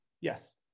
Yes